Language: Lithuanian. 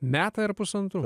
metai ar pusantrų